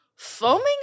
foaming